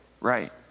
right